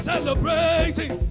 Celebrating